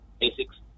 basics